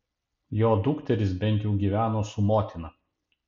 jo dukterys bent jau gyveno su motina